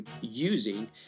using –